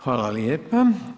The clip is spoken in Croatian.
Hvala lijepa.